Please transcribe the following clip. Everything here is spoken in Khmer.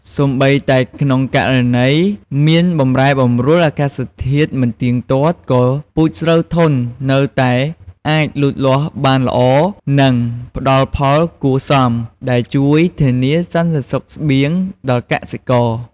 សូម្បីតែក្នុងករណីមានបម្រែបម្រួលអាកាសធាតុមិនទៀងទាត់ ក៏ពូជស្រូវធន់នៅតែអាចលូតលាស់បានល្អ និងផ្ដល់ផលគួរសម ដែលជួយធានាសន្តិសុខស្បៀងដល់កសិករ។